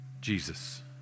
Jesus